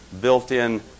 built-in